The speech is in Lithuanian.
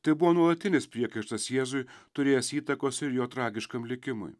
tai buvo nuolatinis priekaištas jėzui turėjęs įtakos ir jo tragiškam likimui